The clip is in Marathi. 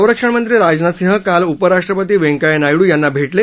संरक्षण मंत्री राजनाथ सिंग काल उपराष्ट्रपती वैंकय्या नायडू यांना भेटले